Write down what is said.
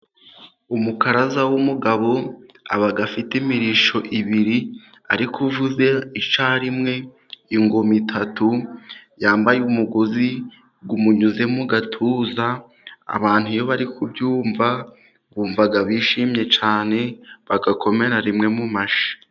Umukaraza w'umugabo aba afite imirishyo ibiri ari kuvuza icyarimwe ingoma eshatu, yambaye umugozi umunyuze mu gatuza, abantu iyo bari kubyumva bumva bishimye cyane, bagakomera rimwe mu mashyi.